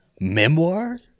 memoir